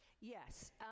Yes